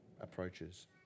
approaches